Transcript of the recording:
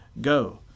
Go